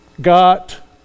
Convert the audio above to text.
got